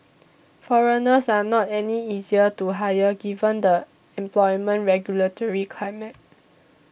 foreigners are not any easier to hire given the employment regulatory climate